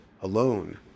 alone